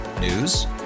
News